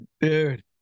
Dude